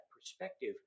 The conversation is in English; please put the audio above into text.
perspective